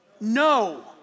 no